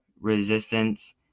resistance